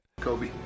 kobe